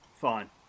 fine